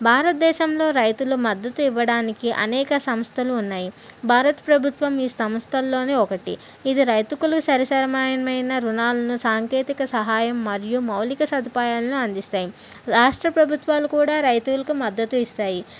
భారతదేశంలో రైతులు మద్దతు ఇవ్వడానికి అనేక సంస్థలు ఉన్నాయి భారత ప్రభుత్వం ఈ సంస్థల్లో ఒకటి ఇది రైతులకు సరి సమానమైన రుణాలు సాంకేతిక సహాయం మరియు మౌలిక సదుపాయాలను అందిస్తాయి రాష్ట్ర ప్రభుత్వాలు కూడా రైతులకు మద్దతు ఇస్తాయి